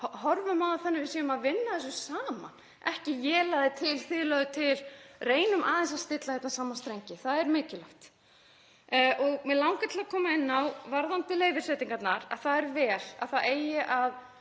horfum á þau þannig að við séum að vinna að þessu saman en ekki: ég lagði til, þið lögðuð til. Reynum aðeins að stilla saman strengi. Það er mikilvægt. Mig langar til að koma inn á varðandi leyfisveitingarnar að það er vel að það eigi að